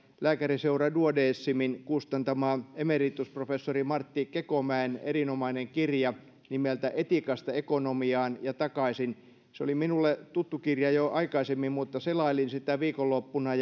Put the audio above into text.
lääkäriseura duodecimin kustantama emeritusprofessori martti kekomäen erinomainen kirja nimeltä etiikasta ekonomiaan ja takaisin se oli minulle tuttu kirja jo aikaisemmin mutta selailin sitä viikonloppuna